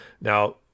Now